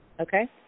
Okay